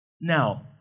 Now